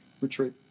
retreat